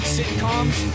Sitcoms